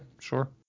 sure